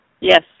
Yes